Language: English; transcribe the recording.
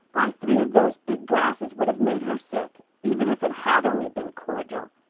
why, three of those big glasses would have made her sick even if it had only been cordial.